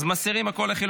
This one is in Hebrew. אז מסירים את כל הלחלופין,